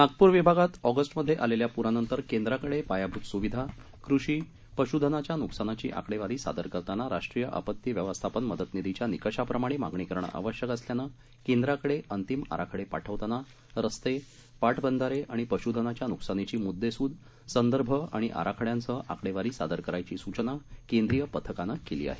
नागपूरविभागातऑगस्टमध्येआलेल्यापूरानंतरकेंद्राकडेपायाभूतस्विधा कृषी पश्धनाच्यान्कसानाचीआकडेवारीसादरकरतानाराष्ट्रीयआपत्तीव्यवस्थापनमदतनिधीच्यानि कषाप्रमाणेमागणीकरणेआवश्यकअसल्यानंकेंद्राकडेअंतिमआराखडेपाठवतानारस्ते पाटबंधारेआणिपशुधनाच्यानुकसानीचीमुद्देसूद संदर्भआणिआराखड्यांसहआकडेवारीसादरकरायचीसूचनाकेंद्रीयपथकानंकेलीआहे